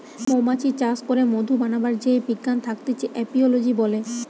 মৌমাছি চাষ করে মধু বানাবার যেই বিজ্ঞান থাকতিছে এপিওলোজি বলে